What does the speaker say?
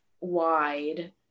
wide